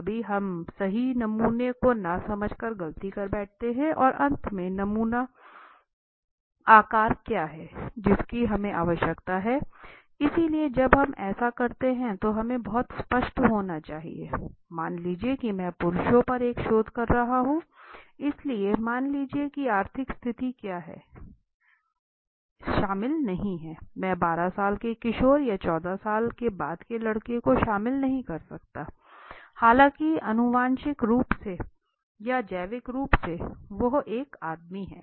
कभी कभी हम सही नमूने को न समझ कर गलती कर बैठते हैं और अंत में नमूना आकार क्या है जिसकी हमें आवश्यकता है इसलिए जब हम ऐसा करते हैं तो हमें बहुत स्पष्ट होना चाहिए मान लीजिए कि मैं पुरुषों पर एक शोध कर रहा हूं इसमें मान लीजिए कि आर्थिक स्थिति क्या है शामिल नहीं है मैं 12 साल के किशोर या 14 साल के बाद के लड़के को शामिल नहीं कर सकता हालांकि आनुवंशिक रूप से या जैविक रूप से वो एक आदमी है